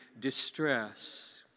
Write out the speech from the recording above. distress